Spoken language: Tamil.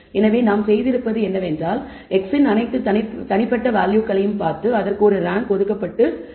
எனவே நாங்கள் செய்திருப்பது என்னவென்றால் x இன் அனைத்து தனிப்பட்ட வேல்யூகளையும் பார்த்து அதற்கு ஒரு ரேங்க் ஒதுக்கப்பட்டு உள்ளது